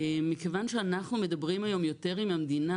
מכיוון שאנחנו מדברים היום יותר עם המדינה